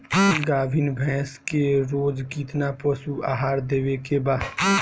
गाभीन भैंस के रोज कितना पशु आहार देवे के बा?